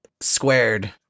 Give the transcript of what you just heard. squared